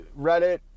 Reddit